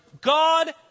God